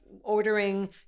ordering